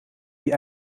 die